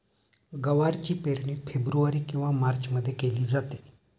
गवारची पेरणी फेब्रुवारी किंवा मार्चमध्ये केली जाते